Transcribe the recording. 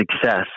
success